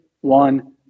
one